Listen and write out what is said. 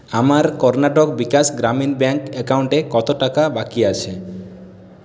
আমার কর্ণাটক বিকাশ গ্রামীণ ব্যাংক অ্যাকাউন্টে কত টাকা বাকি আছে